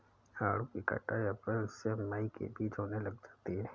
आड़ू की कटाई अप्रैल से मई के बीच होने लग जाती है